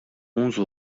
onze